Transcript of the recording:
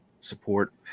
support